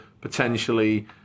potentially